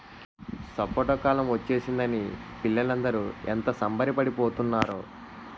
సపోటా కాలం ఒచ్చేసిందని పిల్లలందరూ ఎంత సంబరపడి పోతున్నారో